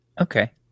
Okay